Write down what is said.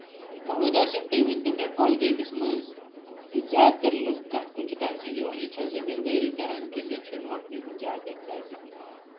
محمد آسِم تُہۍ ؤنۍ تو مےٚ کۄلگٲمِس منٛز زیادٕ تر لٕکھ کَتھ کُن چھِ ترجی دِوان ییٚتہِ چھا زٔمیٖندٲری کران کِنہٕ ییٚتہِ چھِ نوکری کُن زیادٕ ترج دِوان